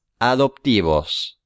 adoptivos